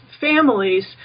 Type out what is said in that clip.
families